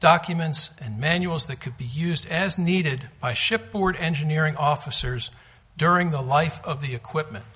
documents and manuals that could be used as needed by shipboard engineering officers during the life of the equipment